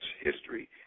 history